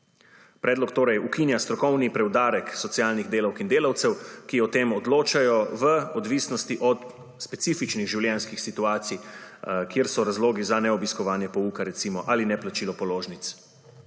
Predlog torej ukinja strokovni preudarek socialnih delavk in delavcev, ki o tem odločajo v odvisnosti od specifičnih življenjskih situacij kjer so razlogi za neobiskovanje pouka recimo ali neplačilo položnic,